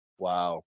Wow